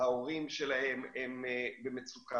ההורים שלהם במצוקה,